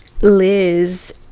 Liz